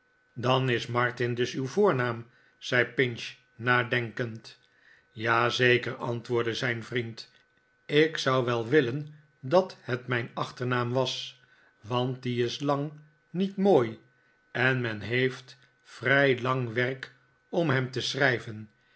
dan is martin das uw voornaam zei pinch nadenkend ja zeker antwoordde zijn vriend ik zou wel willen dat het mijn achternaam was want die is lang niet mooi en men heeft vrij lang werk om hem te schrijven